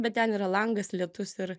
bet ten yra langas lietus ir